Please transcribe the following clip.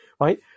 Right